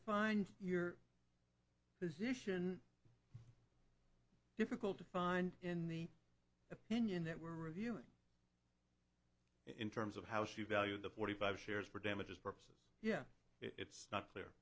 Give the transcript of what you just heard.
find your position difficult to find in the opinion that we're reviewing in terms of how she valued the forty five shares for damages purposes yeah it's not clear